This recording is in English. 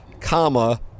comma